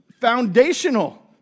foundational